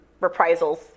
reprisals